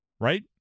right